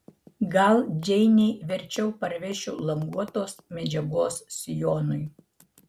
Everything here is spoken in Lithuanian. gal džeinei verčiau parvešiu languotos medžiagos sijonui